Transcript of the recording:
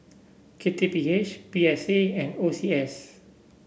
K T P H P S A and O C S